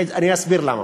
אני אסביר למה.